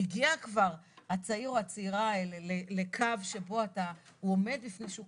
הגיע כבר הצעיר או הצעירה האלה לקו שבו הוא עומד בפני שוק